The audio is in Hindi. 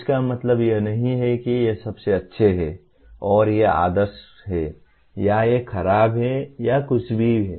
इसका मतलब यह नहीं है कि ये सबसे अच्छे हैं और ये आदर्श हैं या ये खराब हैं या ऐसा कुछ भी है